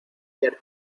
que